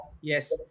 yes